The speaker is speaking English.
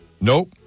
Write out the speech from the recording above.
Nope